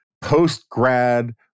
post-grad